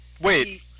Wait